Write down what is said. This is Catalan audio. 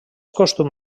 costum